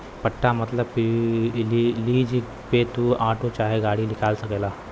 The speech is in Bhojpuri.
पट्टा मतबल लीज पे तू आटो चाहे गाड़ी निकाल सकेला